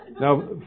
Now